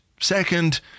second